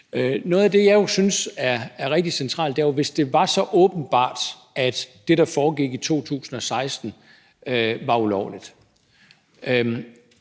noget, som jeg synes er rigtig centralt. Hvis det var så åbenbart, at det, der foregik i 2016, var ulovligt,